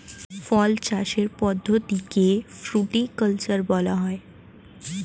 ফল চাষের পদ্ধতিকে ফ্রুটিকালচার বলা হয়